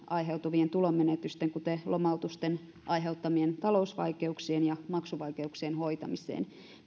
aiheutuvien tulonmenetysten kuten lomautusten aiheuttamien talousvaikeuksien ja maksuvaikeuksien hoitamiseen